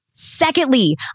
Secondly